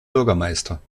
bürgermeister